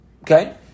Okay